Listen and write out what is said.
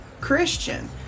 Christian